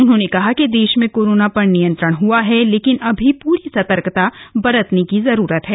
उन्होंने कहा कि देश में कोरोना पर नियंत्रण हुआ है लेकिन अभी पूरी सतर्कता बरतने की जरूरत है